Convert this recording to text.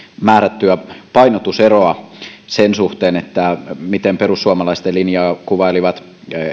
määrättyä painotuseroa sen suhteen miten perussuomalaisten linjaa kuvailivat